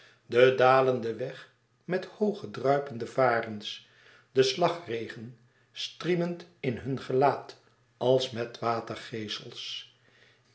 den dalenden weg met hooge druipende varens den slagregen striemend in hun gelaat als met